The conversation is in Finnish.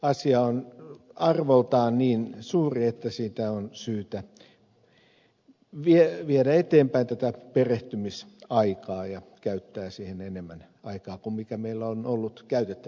asia on arvoltaan niin suuri että on syytä viedä eteenpäin tätä perehtymisaikaa ja käyttää siihen enemmän aikaa kuin meillä on ollut käytetty